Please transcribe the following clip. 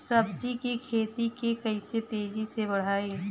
सब्जी के खेती के कइसे तेजी से बढ़ाई?